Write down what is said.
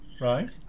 right